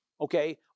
Okay